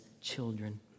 children